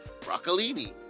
broccolini